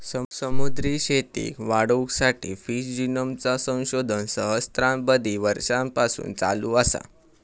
समुद्री शेतीक वाढवुसाठी फिश जिनोमचा संशोधन सहस्त्राबधी वर्षांपासून चालू असा